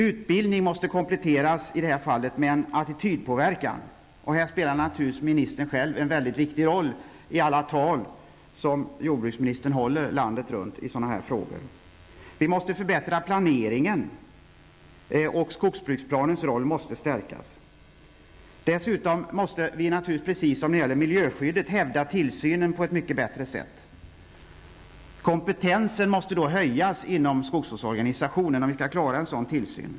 Utbildning måste i detta fall kompletteras med en attitydpåverkan, och här spelar naturligtvis ministern själv en mycket viktig roll med alla de tal som jordbruksministern håller landet runt i sådana här frågor. Vi måste förbättra planeringen, och skogsbruksplanens roll måste stärkas. Dessutom måste vi, precis som när det gäller miljöskyddet, hävda tillsynen på ett mycket bättre sätt. Kompetensen måste höjas inom skogsvårdsorganisationen om vi skall klara en sådan tillsyn.